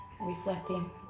Reflecting